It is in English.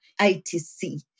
ITC